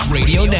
Radio